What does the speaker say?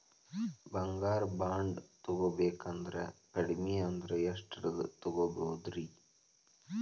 ಬಂಗಾರ ಬಾಂಡ್ ತೊಗೋಬೇಕಂದ್ರ ಕಡಮಿ ಅಂದ್ರ ಎಷ್ಟರದ್ ತೊಗೊಬೋದ್ರಿ?